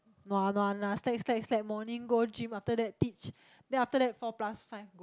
no ah no ah no ah slack slack slack morning go gym after that teach then after that four plus five go